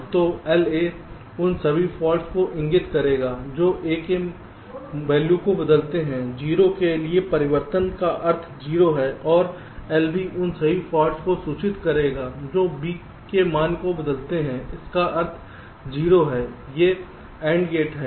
तो LA उन सभी फॉल्ट्स को इंगित करेगा जो A के वैल्यू को बदलते हैं 0 के लिए परिवर्तन का अर्थ 0 है और LB उन सभी फॉल्ट्स को सूचित करेगा जो B के मान को बदलते हैं इसका अर्थ 0 है ये AND गेट हैं